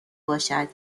باشد